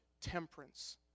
temperance